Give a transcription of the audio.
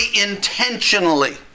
intentionally